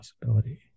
Possibility